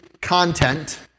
content